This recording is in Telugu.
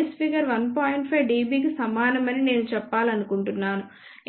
5 dB కి సమానమని నేను చెప్పాలనుకుంటున్నాను